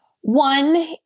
one